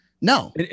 No